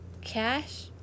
Cash